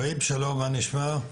והיב שלום מה נשמע?